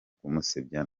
kumusebya